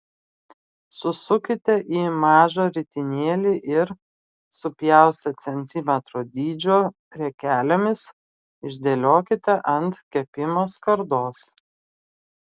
susukite į mažą ritinėlį ir supjaustę centimetro dydžio riekelėmis išdėliokite ant kepimo skardos